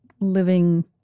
living